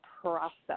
process